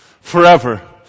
Forever